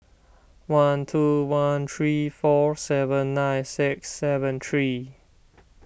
one two one three four seven nine six seven three